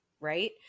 right